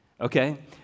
Okay